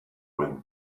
wind